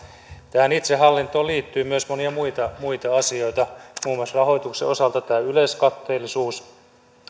tähän itsehallintoon liittyy myös monia muita muita asioita muun muassa rahoituksen osalta tämä yleiskatteellisuus